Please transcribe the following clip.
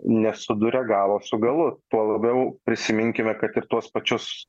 a esuduria galo su galu tuo labiau prisiminkime kad ir tuos pačius